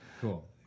Cool